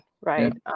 right